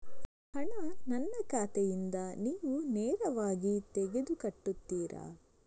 ಹಣ ನನ್ನ ಖಾತೆಯಿಂದ ನೀವು ನೇರವಾಗಿ ತೆಗೆದು ಕಟ್ಟುತ್ತೀರ?